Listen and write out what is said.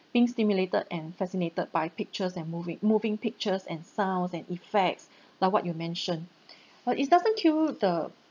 being stimulated and fascinated by pictures and moving moving pictures and sounds and effects like what you mention while it doesn't kill the